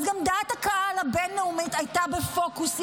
אז גם דעת הקהל הבין-לאומית הייתה בפוקוס.